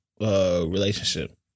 relationship